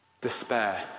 despair